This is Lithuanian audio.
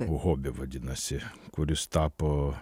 hobi vadinasi kuris tapo